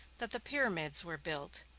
that the pyramids were built,